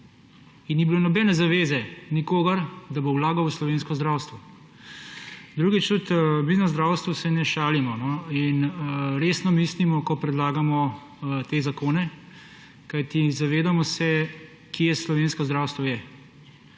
in ni bilo nobene zaveze nikogar, da bo vlagal v slovensko zdravstvo. Drugič. Tudi mi na zdravstvu se ne šalimo in resno mislimo, ko predlagamo te zakona, kajti zavedamo se, kje slovensko zdravstvo je.